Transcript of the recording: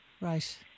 Right